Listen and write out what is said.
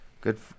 Good